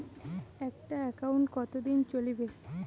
একটা একাউন্ট কতদিন চলিবে?